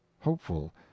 hopeful